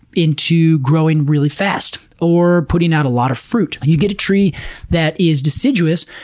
into growing really fast, or putting out a lot of fruit. you get a tree that is deciduous,